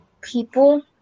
People